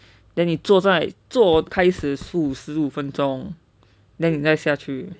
then 你坐在坐开始是十五分钟 then 你才下去